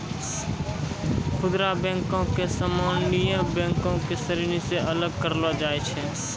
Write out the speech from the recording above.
खुदरा बैको के सामान्य बैंको के श्रेणी से अलग करलो जाय छै